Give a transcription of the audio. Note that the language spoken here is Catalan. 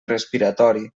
respiratori